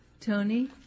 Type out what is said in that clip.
Tony